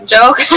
Joke